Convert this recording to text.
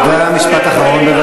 חבר הכנסת זאב.